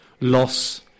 loss